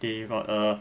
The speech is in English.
they got err